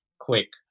quick